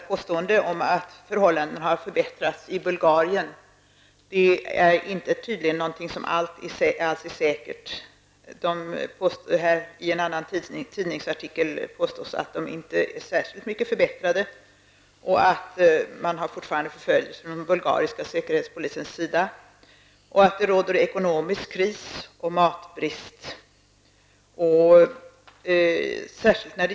Påståendena om att förhållandena har förbättrats i Bulgarien är tydligen inte helt säkra. Det påstås i en tidningsartikel att förhållandena inte är särskilt mycket bättre. Den bulgariska säkerhetspolisen förföljer fortfarande bulgarien-turkarna. Det råder ekonomisk kris och matbrist.